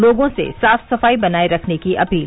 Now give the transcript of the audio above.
लोगों से साफ सफाई बनाए रखने की अपील